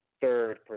third